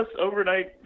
overnight